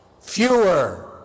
Fewer